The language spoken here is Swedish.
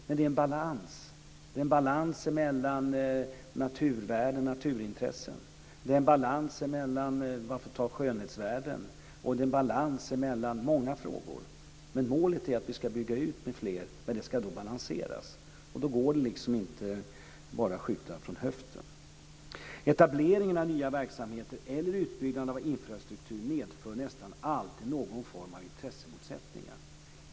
Men det är en balansgång mellan många intressen - naturintressen, skönhetsvärden osv. Målet är att vi ska bygga ut med fler vindkraftverk, men det ska balanseras. Då går det inte att skjuta från höften. Etablering av nya verksamheter eller utbyggnad av infrastruktur medför nästan alltid någon form av intressemotsättningar.